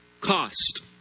cost